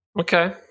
Okay